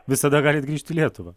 visada galit grįžt į lietuvą